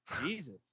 Jesus